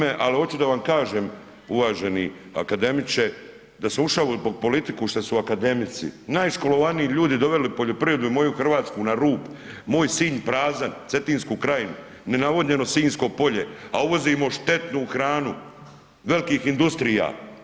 ali oću da vam kažem uvaženi akademiče da sam ušao u politiku šta su akademici, najškolovaniji ljudi doveli poljoprivredu i moju Hrvatsku na rub, moj Sinj prazan, Cetinsku krajinu, nenavodnjeno Sinjsko polje, a uvozimo štetnu hranu velikih industrija.